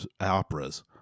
operas